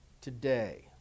today